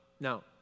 no